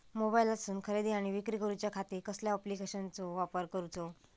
मोबाईलातसून खरेदी आणि विक्री करूच्या खाती कसल्या ॲप्लिकेशनाचो वापर करूचो?